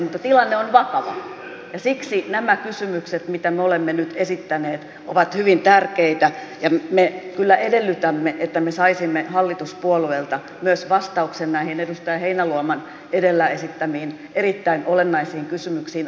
mutta tilanne on vakava ja siksi nämä kysymykset mitä me olemme nyt esittäneet ovat hyvin tärkeitä ja me kyllä edellytämme että me saisimme hallituspuolueilta myös vastauksen näihin edustaja heinäluoman edellä esittämiin erittäin olennaisiin kysymyksiin